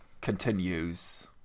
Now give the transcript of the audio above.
continues